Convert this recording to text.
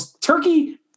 turkey